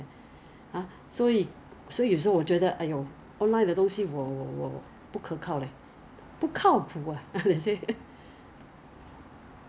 so when they send it to box they send it to the warehouse right 他们会跟你 weigh ok maybe you buy this shoe they weigh like 多重 you buy this bag 多重 you buy this